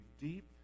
deep